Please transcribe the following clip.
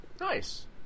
Nice